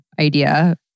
idea